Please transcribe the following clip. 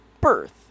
Birth